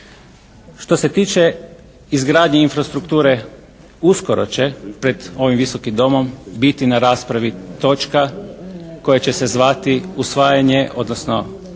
Što se tiče izgradnje infrastrukture uskoro će pred ovim Visokim domom biti na raspravi točka koja će se zvati: Usvajanje odnosno